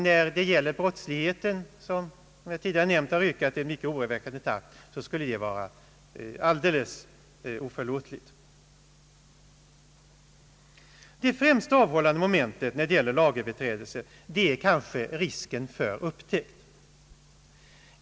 När det gäller brottsligheten, vilken som jag tidigare nämnt ökat i mycket oroväckande takt, skulle detta vara alldeles oförlåtligt. Det främsta avhållande momentet när det gäller lagöverträdelser är kanske risken för upptäkt.